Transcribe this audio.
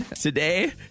Today